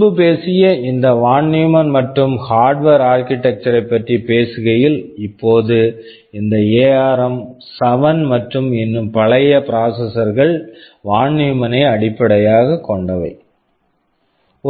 முன்பு பேசிய இந்த வான் நியூமன் von Neumann மற்றும் ஹார்வர்ட் Harvard ஆர்க்கிடெக்சர் architecture ஐப் பற்றி பேசுகையில் இப்போது இந்த எஆர்ம்7 ARM7 மற்றும் இன்னும் பழைய ப்ராசஸர்ஸ் processors கள் வான் நியூமானை von Neumann அடிப்படையாகக் கொண்டவை